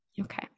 Okay